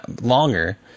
longer